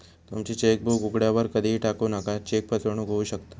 तुमची चेकबुक उघड्यावर कधीही टाकू नका, चेक फसवणूक होऊ शकता